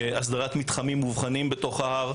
הסדרת מתחמים מובחנים בתוך ההר.